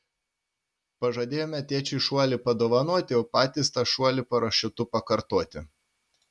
pažadėjome tėčiui šuolį padovanoti o patys tą šuolį parašiutu pakartoti